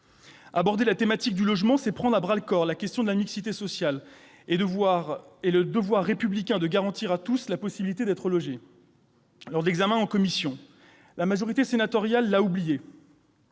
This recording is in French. Aborder la thématique du logement, c'est prendre à bras-le-corps la question de la mixité sociale et le devoir républicain de garantir à tous la possibilité d'être logé. En commission, la majorité sénatoriale l'a oublié.